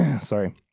Sorry